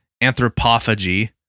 anthropophagy